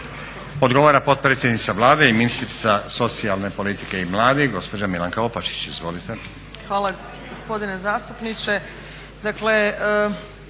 Odgovara potpredsjednica Vlade i ministrica socijalne politike i mladih, gospođa Milanka Opačić, izvolite.